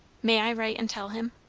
may i write and tell him?